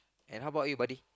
and how about you buddy